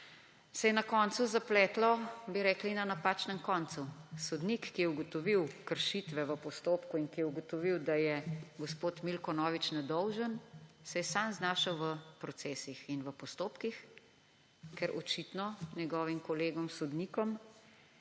se je na koncu zapletlo, bi rekli, na napačnem koncu. Sodnik, ki je ugotovil kršitve v postopku, in ki je ugotovil, da je gospod Milko Novič nedolžen, se je sam znašel v procesih in v postopkih, ker očitno njegovim kolegom sodnikom